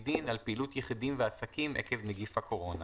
דין על פעילות יחידים ועסקים עקב נגיף הקורונה,